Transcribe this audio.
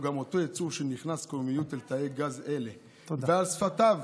גם אותו יצור שנכנס קוממיות אל תאי הגזים האלה ועל שפתיו